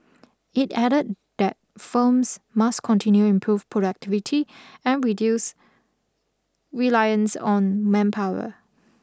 it added that firms must continue improve productivity and reduce reliance on manpower